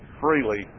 freely